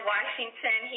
Washington